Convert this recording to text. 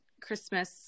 Christmas